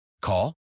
Call